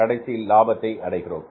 கடைசியில் லாபத்தை அடைகிறோம்